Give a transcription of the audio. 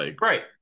Right